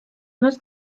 los